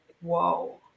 whoa